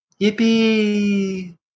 Yippee